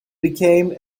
became